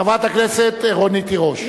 חברת הכנסת רונית תירוש.